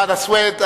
חנא סוייד,